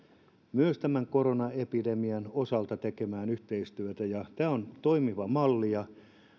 myös tämän koronaepidemian osalta tekemään yhteistyötä tämä on toimiva malli haluan